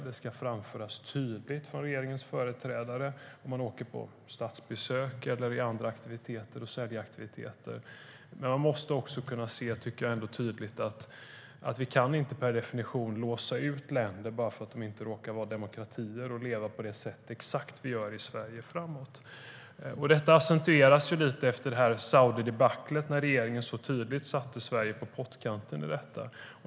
Detta ska framföras tydligt av regeringens företrädare vid statsbesök, säljaktiviteter och andra aktiviteter. Men man måste ändå klart inse att vi inte per definition kan låsa ute länder bara för att de inte råkar vara demokratier där man lever på exakt samma sätt som vi i Sverige. Detta accentueras efter Saudidebaclet, då regeringen så tydligt satte Sverige på pottkanten.